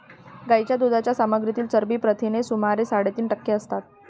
गायीच्या दुधाच्या सामग्रीतील चरबी प्रथिने सुमारे साडेतीन टक्के असतात